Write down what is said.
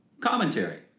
commentary